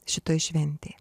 šitoj šventėj